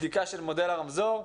בדיקה של מודל הרמזור,